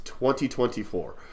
2024